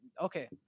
okay